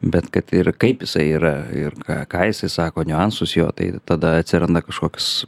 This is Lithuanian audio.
bet kad ir kaip jisai yra ir ką jisai sako niuansus jo tai tada atsiranda kažkoks